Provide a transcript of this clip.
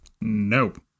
Nope